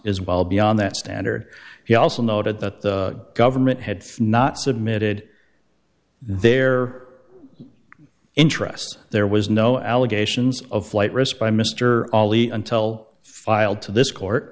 is well beyond that standard he also noted that the government had not submitted their interests there was no allegations of flight risk by mr ali until filed to this court